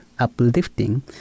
Uplifting